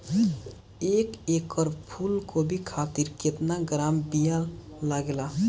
एक एकड़ फूल गोभी खातिर केतना ग्राम बीया लागेला?